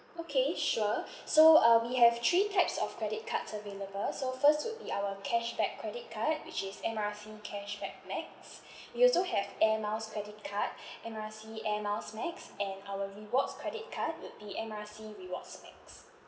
okay sure so um we have three types of credit cards available so first would be our cashback credit card which is M R C cashback max we also have air miles credit card M R C air miles max and our rewards credit card would be M R C rewards max